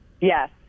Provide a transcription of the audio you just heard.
Yes